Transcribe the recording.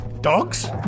Dogs